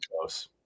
close